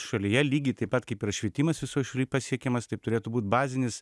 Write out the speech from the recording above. šalyje lygiai taip pat kaip ir švietimas visoj šaly pasiekiamas taip turėtų būt bazinis